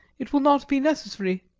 it will not be necessary.